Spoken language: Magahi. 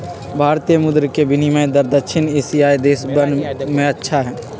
भारतीय मुद्र के विनियम दर दक्षिण एशियाई देशवन में अच्छा हई